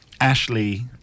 Ashley